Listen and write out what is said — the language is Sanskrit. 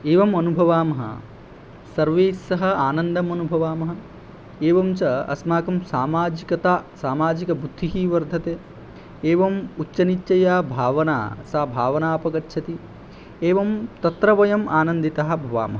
एवम् अनुभवामः सर्वैस्सह आनन्दमनुभवामः एवं च अस्माकं सामाजिकता सामाजिकबुद्धिः वर्धते एवम् उच्चनीच या भावना सा भावना अपगच्छति एवं तत्र वयम् आनन्दितः भवामः